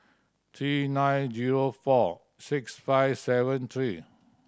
three nine zero four six five seven three